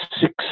six